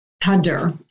Thunder